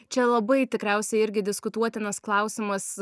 čia labai tikriausiai irgi diskutuotinas klausimas